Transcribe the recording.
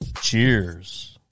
Cheers